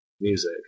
music